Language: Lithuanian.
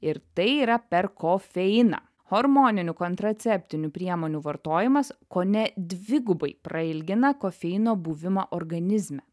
ir tai yra per kofeiną hormoninių kontraceptinių priemonių vartojimas kone dvigubai prailgina kofeino buvimą organizme